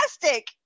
fantastic